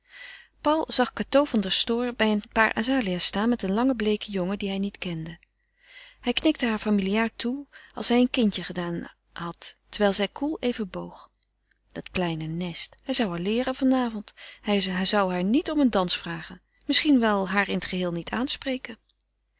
paul zag cateau van der stoor bij een paar azalea's staan met een langen bleeken jongen dien hij niet kende hij knikte haar familiaar toe als hij een kindje gedaan had terwijl zij koel even boog dat kleine nest hij zou haar leeren vanavond hij zou haar niet om een dans vragen misschien wel haar in het geheel niet aanspreken